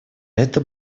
это